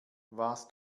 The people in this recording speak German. was